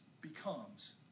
becomes